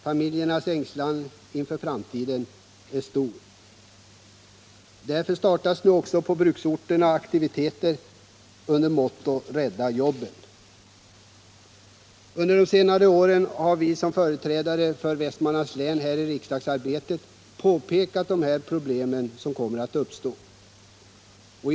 Familjernas ängslan inför framtiden är stor. Därför startas nu på dessa bruksorter aktiviteter under mottot Rädda jobben! Under senare år har vi som företräder Västmanlands län här i riksdagen påpekat de problem som kommer att uppstå i vårt län.